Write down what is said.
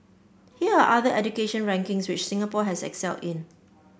here are other education rankings which Singapore has excelled in